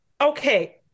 Okay